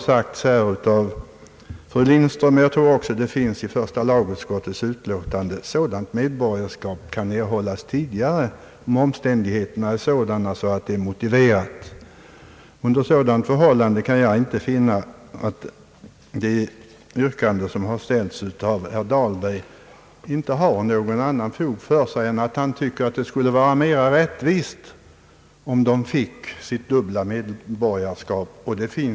Såsom fru Lindström sagt — jag tror att det även är skrivet i första lagutskottets utlåtande — kan sådant medborgarskap erhållas tidigare om omständigheterna är sådana att detta är motiverat. Under sådana förhållanden kan jag inte finna att det yrkande som har framställts av herr Dahlberg har något annat fog för sig än att han tycker att det vore mera rättvist om barnet fick sitt dubbla medborgarskap.